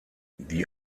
die